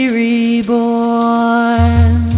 reborn